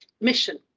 mission